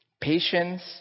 Patience